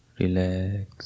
relax